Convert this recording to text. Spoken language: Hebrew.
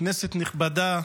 כנסת נכבדה,